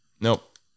Nope